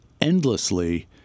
endlessly